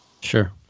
Sure